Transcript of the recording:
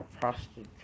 prostitute